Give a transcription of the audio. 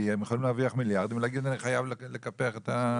הם יכולים להרוויח מיליארד ולהגיד אני חייב לקפח את העמיתים.